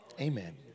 Amen